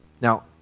now